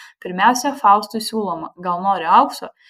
pirmiausia faustui siūloma gal nori aukso